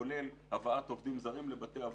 כולל הבאת עובדים זרים לבתי האבות,